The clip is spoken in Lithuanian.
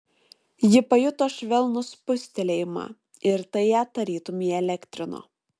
ji pajuto švelnų spustelėjimą ir tai ją tarytum įelektrino